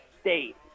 State